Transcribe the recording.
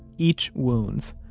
each wounds,